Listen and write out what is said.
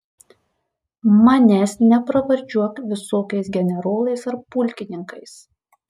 manęs nepravardžiuok visokiais generolais ar pulkininkais